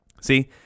See